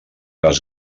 les